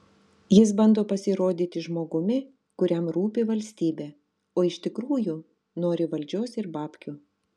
jis bando pasirodyti žmogumi kuriam rūpi valstybė o iš tikrųjų nori valdžios ir babkių